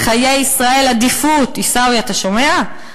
לחיי ישראל עדיפות, עיסאווי, אתה שומע?